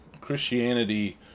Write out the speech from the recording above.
Christianity